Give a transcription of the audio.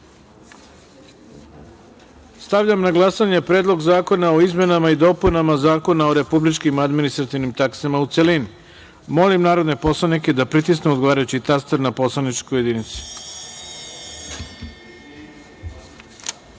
na glasanje Predlog zakona o izmenama i dopunama Zakona o republičkim administrativnim taksama, u celini. Molim narodne poslanike da pritisnu odgovarajući taster na poslaničkoj